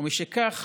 ומשכך